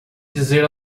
dizer